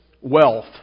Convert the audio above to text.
wealth